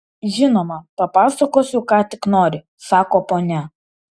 žinoma papasakosiu ką tik nori sako ponia